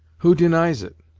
who denies it?